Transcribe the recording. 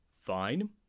fine